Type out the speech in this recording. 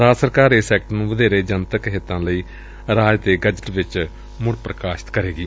ਰਾਜ ਸਰਕਾਰ ਇਸ ਐਕਟ ਨੂੰ ਵਧੇਰੇ ਜਨਤਕ ਹਿੱਤਾਂ ਲਈ ਰਾਜ ਦੇ ਗਜਟ ਵਿਚ ਮੁੜ ਪ੍ਕਾਸ਼ਿਤ ਕਰੇਗੀ